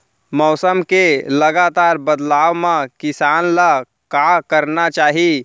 मौसम के लगातार बदलाव मा किसान ला का करना चाही?